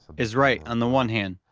is right, on the one hand.